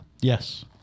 Yes